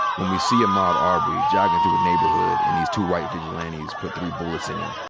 when we see ahmaud arbery joggin' through a neighborhood, and these two white vigilantes put three bullets in him,